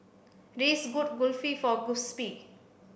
Reese good Kulfi for Giuseppe